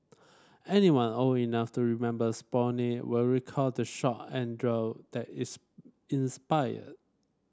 anyone old enough to remember Sputnik will recall the shock and that its inspired